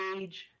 age